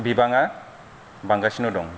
बिबांआ बांगासिनो दं